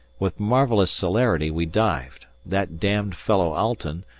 with marvellous celerity we dived, that damned fellow alten,